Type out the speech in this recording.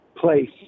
place